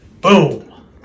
boom